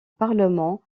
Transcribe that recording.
parlement